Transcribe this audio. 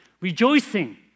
rejoicing